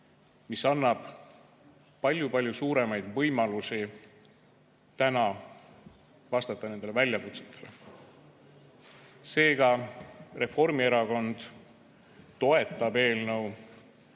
mis annab palju suuremaid võimalusi vastata nendele väljakutsetele. Seega, Reformierakond toetab eelnõu